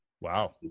wow